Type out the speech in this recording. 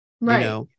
Right